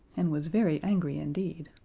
and was very angry indeed.